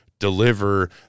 deliver